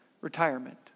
retirement